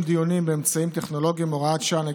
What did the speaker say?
דיונים באמצעים טכנולוגיים (הוראת שעה,